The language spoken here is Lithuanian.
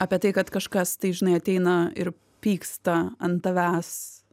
apie tai kad kažkas tai žinai ateina ir pyksta ant tavęs